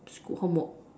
school homework